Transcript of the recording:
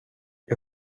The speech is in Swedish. jag